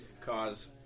cause